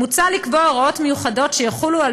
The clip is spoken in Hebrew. מוצע לקבוע הוראות מיוחדות שיחולו על